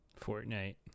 Fortnite